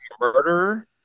murderer